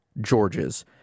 Georges